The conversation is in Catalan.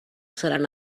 seran